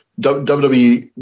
WWE